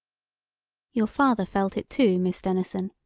your father felt it, too, miss denison.